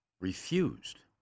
refused